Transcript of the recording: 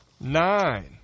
nine